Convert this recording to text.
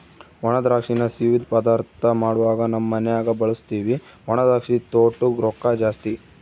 ಒಣದ್ರಾಕ್ಷಿನ ಸಿಯ್ಯುದ್ ಪದಾರ್ಥ ಮಾಡ್ವಾಗ ನಮ್ ಮನ್ಯಗ ಬಳುಸ್ತೀವಿ ಒಣದ್ರಾಕ್ಷಿ ತೊಟೂಗ್ ರೊಕ್ಕ ಜಾಸ್ತಿ